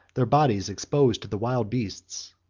their bodies exposed to the wild beasts.